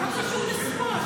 מה קשור לשמאל?